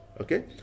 okay